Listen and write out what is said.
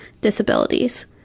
disabilities